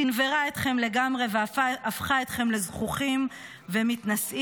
סנוורה אתכם לגמרי והפכה אתכם לזחוחים ומתנשאים,